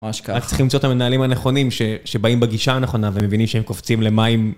רק צריכים למצוא את המנהלים הנכונים שבאים בגישה הנכונה ומבינים שהם קופצים למים...